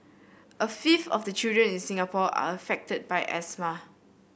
a fifth of the children in Singapore are affected by asthma